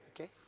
Okay